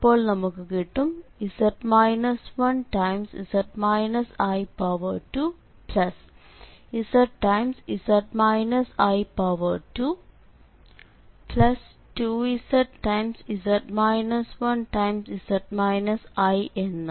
അപ്പോൾ നമുക്ക് കിട്ടുംz 1z i2zz i22zz 1 എന്ന്